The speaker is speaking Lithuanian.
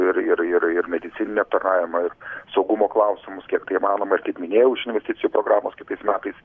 ir ir ir ir medicininį aptarnavimą ir saugumo klausimus kiek tai įmanoma ir kaip minėjau iš investicijų programos kitais metais